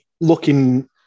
looking